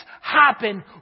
happen